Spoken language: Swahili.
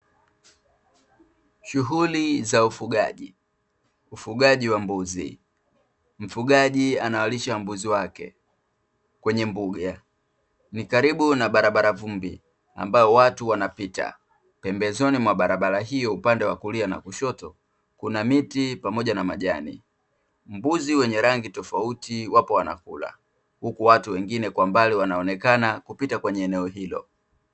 Shughuli za ufugaji, ufugaji wa mbuzi, mfugaji anawalisha mbuzi wake kwenye mbuga ni karibu na barabara vumbi ambayo watu wanapita, pembezoni mwa barabara hiyo upande wa kulia na kushoto kuna miti pamoja na majani, mbuzi wenye rangi tofauti wapo wanakula huku watu wengine kwa mbali wanaonekana kupita kwenye eneo hilo .